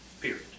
period